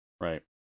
right